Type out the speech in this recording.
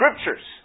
Scriptures